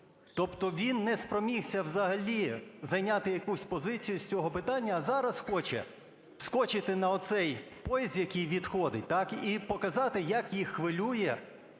Тобто він не спромігся взагалі зайняти якусь позицію з цього питання, а зараз хоче скочити на оцей поїзд, який відходить, так, і показати, як їх хвилює